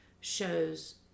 shows